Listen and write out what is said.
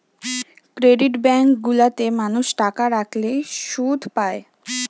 credit bank গুলা তে মানুষ টাকা রাখলে শুধ পায়